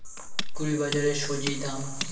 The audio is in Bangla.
ধূপগুড়ি বাজারের স্বজি দাম?